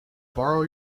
borrow